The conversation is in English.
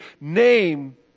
name